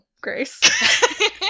Grace